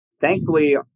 thankfully